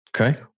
Okay